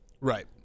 Right